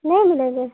नहीं मिलेंगे